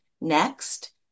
next